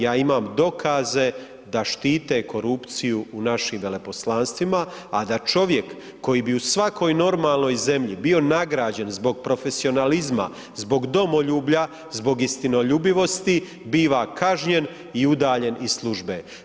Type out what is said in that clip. Ja imam dokaze da štite korupciju u našim veleposlanstvima, a da čovjek koji bi u svakoj normalnoj zemlji bio nagrađen zbog profesionalizma, zbog domoljublja, zbog istinoljubivosti, bila kažnjen i udaljen iz službe.